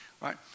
right